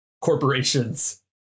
corporations